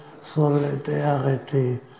solidarity